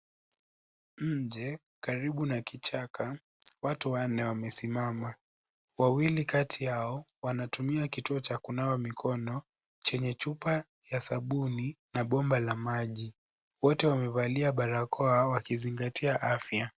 Nje karibu na kichaka watu wanne wamesimama. Wawili kati yao wanatumia kituo cha kunawa mikono chenye chupa ya sabuni na bomba la maji wote wamevalia barakoa wakizingatia afia.